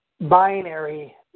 binary –